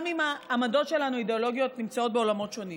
גם אם העמדות האידיאולוגיות שלנו נמצאות בעולמות שונים.